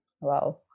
Wow